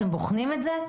אתם בוחנים את זה?